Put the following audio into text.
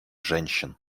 женщин